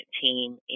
team